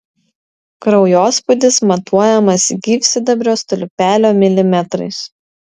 kraujospūdis matuojamas gyvsidabrio stulpelio milimetrais